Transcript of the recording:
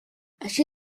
així